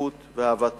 שליחות ואהבת הארץ.